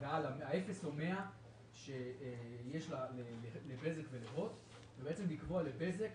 האפס או ה-100 שיש לבזק ולהוט, ובעצם לתת לבזק